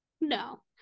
no